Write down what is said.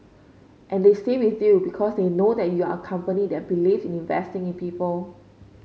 and they say with you because they know that you are a company that believe in investing in people